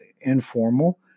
informal